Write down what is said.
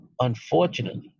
Unfortunately